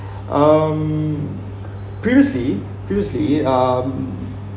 um previously previously it um